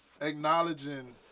acknowledging